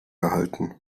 erhalten